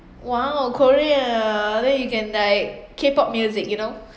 !wow! korea ah then you can like k-pop music you know